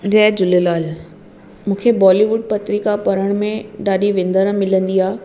जय झूलेलाल मूंखे बॉलीवुड पत्रिका पढ़ण में ॾाढी विंदर मिलंदी आहे